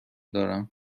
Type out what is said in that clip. دارم